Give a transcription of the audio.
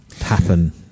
happen